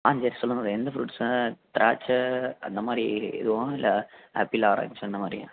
ஆ yes சொல்லுங்க எந்த fruits sir திராட்சை அந்த மாதிரி இதுவா இல்லை ஆப்பிள் ஆரஞ்ச் அந்த மாதிரியா